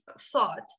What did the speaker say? thought